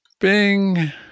Bing